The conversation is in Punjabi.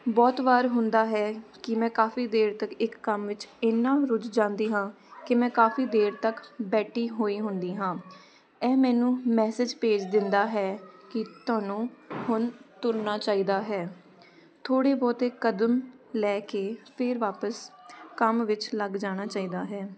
ਬਹੁਤ ਵਾਰ ਹੁੰਦਾ ਹੈ ਕਿ ਮੈਂ ਕਾਫ਼ੀ ਦੇਰ ਤੱਕ ਇੱਕ ਕੰਮ ਵਿੱਚ ਇੰਨਾ ਰੁੱਝ ਜਾਂਦੀ ਹਾਂ ਕਿ ਮੈਂ ਕਾਫ਼ੀ ਦੇਰ ਤੱਕ ਬੈਠੀ ਹੋਈ ਹੁੰਦੀ ਹਾਂ ਇਹ ਮੈਨੂੰ ਮੈਸੇਜ ਭੇਜ ਦਿੰਦਾ ਹੈ ਕਿ ਤੁਹਾਨੂੰ ਹੁਣ ਤੁਰਨਾ ਚਾਹੀਦਾ ਹੈ ਥੋੜ੍ਹੇ ਬਹੁਤ ਕਦਮ ਲੈ ਕੇ ਫਿਰ ਵਾਪਿਸ ਕੰਮ ਵਿੱਚ ਲੱਗ ਜਾਣਾ ਚਾਹੀਦਾ ਹੈ